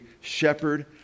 shepherd